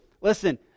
listen